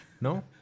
No